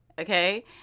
okay